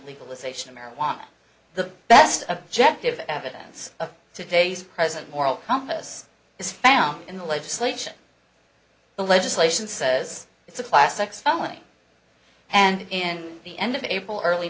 legalization of marijuana the best of jeff give evidence of today's present moral compass is found in the legislation the legislation says it's a classic felony and in the end of april early